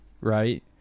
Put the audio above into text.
right